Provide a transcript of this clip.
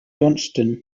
johnstown